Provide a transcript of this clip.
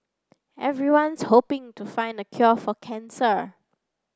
everyone's hoping to find the cure for cancer